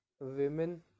Women